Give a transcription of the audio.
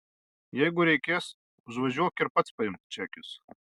jeigu reikės užvažiuok ir pats paimk čekius